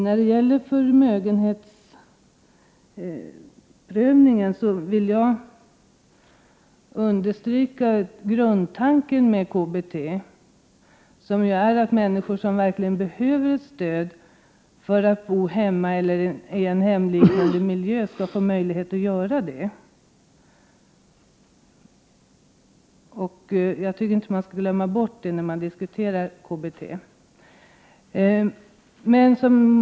När det gäller förmögenhetsprövningen vill jag understryka att grundtanken med KBT är att de människor som verkligen behöver stöd för att kunna bo hemma eller i en hemlik miljö verkligen också skall få sådant stöd. Detta får vi inte glömma i diskussionen om KBT.